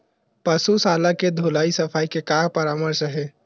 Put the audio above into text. पशु शाला के धुलाई सफाई के का परामर्श हे?